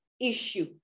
issue